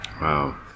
Wow